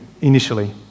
initially